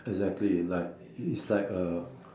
exactly like it's like a